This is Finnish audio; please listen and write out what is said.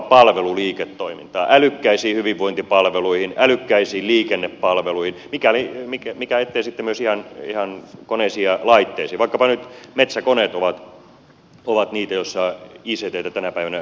älykkäisiin hyvinvointipalveluihin älykkäisiin liikennepalveluihin mikä ettei sitten myös ihan koneisiin ja laitteisiin vaikkapa nyt metsäkoneet ovat niitä joissa icttä tänä päivänä käytetään erittäin paljon